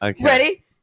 Ready